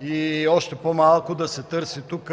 и още по-малко да се търси тук